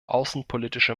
außenpolitische